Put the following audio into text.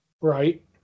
right